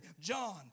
John